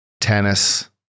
Tennis